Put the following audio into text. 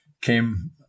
came